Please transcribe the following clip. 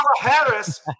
Harris